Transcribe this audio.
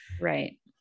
Right